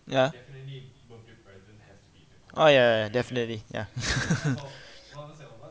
ya oh ya ya definitely ya